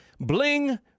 bling